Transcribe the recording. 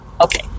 Okay